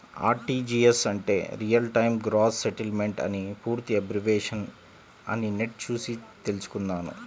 RTGS అంటే real time gross settlement అని పూర్తి అబ్రివేషన్ అని నెట్ చూసి తెల్సుకున్నాను